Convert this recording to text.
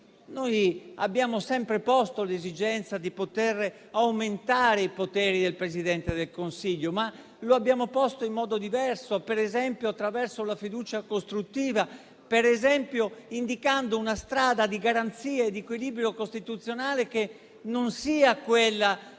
abbiamo sempre posto l'esigenza di poter aumentare i poteri del Presidente del Consiglio, ma lo abbiamo fatto in modo diverso, per esempio attraverso la sfiducia costruttiva o indicando una strada di garanzie e di equilibrio costituzionale che non sia quella